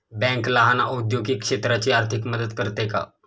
Bank लहान औद्योगिक क्षेत्राची आर्थिक मदत करते का?